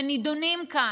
שנדונים כאן,